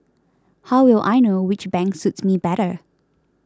how will I know which bank suits me better